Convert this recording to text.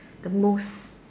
the most